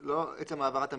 לא עצם העברת המידע,